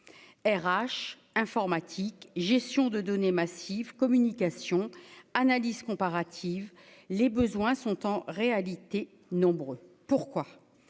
RH, informatique, gestion de données massives communication analyse comparative, les besoins sont en réalité nombreux pourquoi